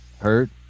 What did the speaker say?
hurt